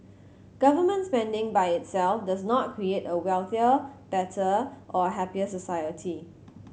government spending by itself does not create a wealthier better or a happier society